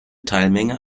teilmenge